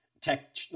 tech